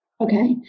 Okay